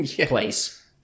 place